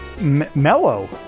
mellow